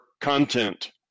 content